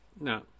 No